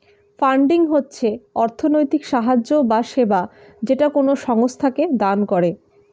funding হচ্ছে অর্থনৈতিক সাহায্য বা সেবা যেটা কোনো সংস্থাকে দান করে